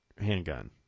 handgun